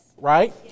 Right